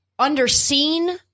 underseen